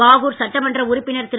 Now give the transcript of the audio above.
பாகூர் சட்டமன்ற உறுப்பினர் திரு